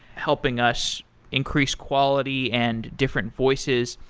helping us increase quality and different voices.